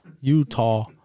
Utah